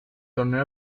torneo